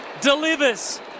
delivers